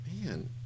Man